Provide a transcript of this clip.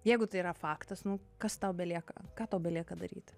jeigu tai yra faktas nu kas tau belieka ką tau belieka daryti